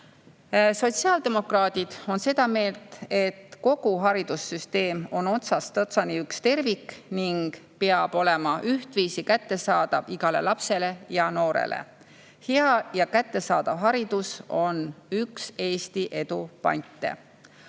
Sotsiaaldemokraadid on seda meelt, et kogu haridussüsteem on otsast otsani üks tervik ning peab olema ühtviisi kättesaadav igale lapsele ja noorele. Hea ja kättesaadav haridus on üks Eesti edu pante.